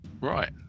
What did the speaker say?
Right